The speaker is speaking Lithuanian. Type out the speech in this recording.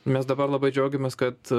mes dabar labai džiaugiamės kad